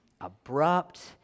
abrupt